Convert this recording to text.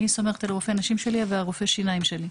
אני סומכת על רופא השיניים שלי ועל רופא הנשים שלי,